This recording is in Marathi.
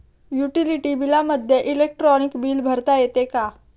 युटिलिटी बिलामध्ये इलेक्ट्रॉनिक बिल भरता येते का?